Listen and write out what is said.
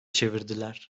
çevirdiler